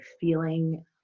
feeling